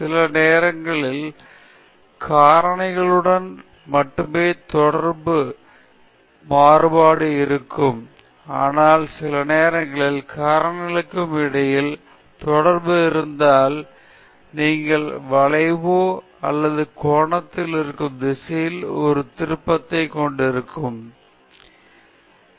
சில நேரங்களில் காரணிகளுடன் மட்டுமே நேர்கோட்டு மாறுபாடு இருக்கும் ஆனால் சில நேரங்களில் காரணிகளுக்கு இடையில் தொடர்பு இருந்தால் நீங்கள் வளைவையோ அல்லது கோணத்திலிருக்கும் திசையில் ஒரு திருபத்தை கொண்டிருக்கிறீர்கள்